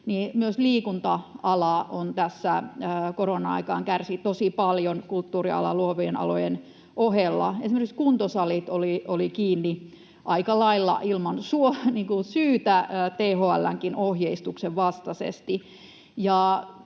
myös liikunta-ala kärsi korona-aikana tosi paljon — kulttuurialan, luovien alojen ohella. Esimerkiksi kuntosalit olivat kiinni aika lailla ilman syytä, THL:nkin ohjeistuksen vastaisesti.